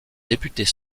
députés